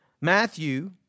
Matthew